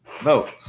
vote